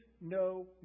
no